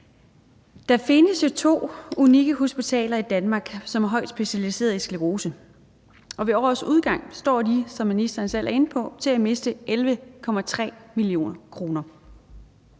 Der findes jo to unikke hospitaler i Danmark, som er højt specialiserede i sklerose. Ved årets udgang står de, som ministeren selv er inde